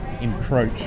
encroach